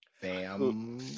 FAM